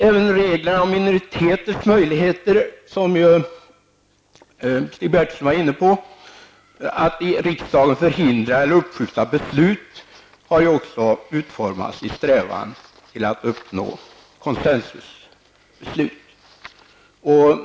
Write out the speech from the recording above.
Även reglerna om minoriteters möjligheter att i riksdagen förhindra eller uppskjuta beslut, som togs upp av Stig Bertilsson, har utformats i strävan efter att uppnå consensusbeslut.